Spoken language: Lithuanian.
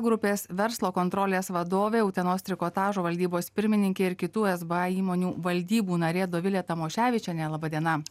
grupės verslo kontrolės vadovė utenos trikotažo valdybos pirmininkė ir kitų sba įmonių valdybų narė dovilė tamoševičienė laba diena